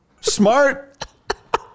smart